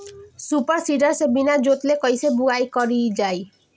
Super seeder से बीना जोतले कईसे बुआई कयिल जाला?